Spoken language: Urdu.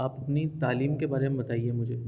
آپ اپنی تعلیم کے بارے میں بتائیے مجھے